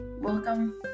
welcome